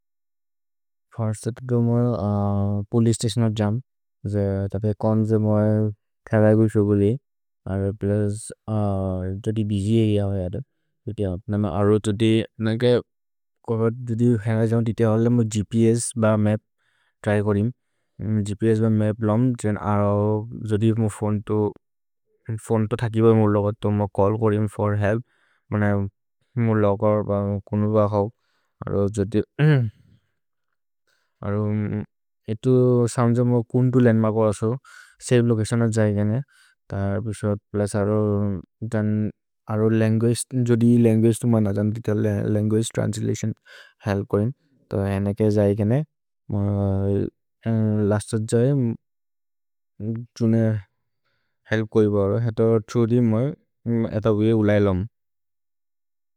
फर्सेप्तु म पोलि स्ततिओनर् जम्, जे तफे कोन् जे म थलगु इसोगुले, अर्रे प्लेज् जोदि बिजि ए हि अहो जद। जोदि हप्न म अरो जोदि नगय् कोरत् जोदि हन्ग जौन् दिते हल म ग्प्स् ब मप् त्रै करिम्। ग्प्स् ब मप् लम्, जेन् अरो जोदि म फोने तो, फोने तो थकि ब मोर् लोगत् तो म चल्ल् करिम् फोर् हेल्प्। मन मो लोगर् ब कोनु ब हव्। अर्रे जोदि, अर्रे इतु सौन् जम् म कुन्तु लेन्म को असो। सवे लोचतिओनत् जयिकेने। त अर्रे प्लेज् अर्रे दन्, अर्रे लन्गुअगे, जोदि लन्गुअगे तु म नजम् दिते लन्गुअगे त्रन्स्लतिओन् हेल्प् कोइन्। त हेनेके जयिकेने, म लस्तत् जये, जुने हेल्प् कोइ बरो। एत जोदि म एत उले लम्।